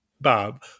Bob